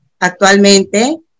Actualmente